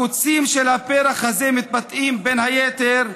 הקוצים של הפרח הזה מתבטאים, בין היתר,